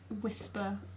whisper